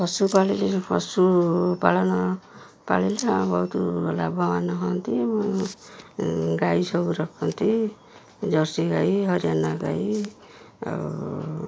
ପଶୁ ପାଳିଲେ ପଶୁପାଳନ ପାଳିଲେ ବହୁତ ଲାଭବାନ ହୁଅନ୍ତି ଗାଈ ସବୁ ରଖନ୍ତି ଜର୍ସିି ଗାଈ ହରିୟଣା ଗାଈ ଆଉ